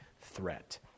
threat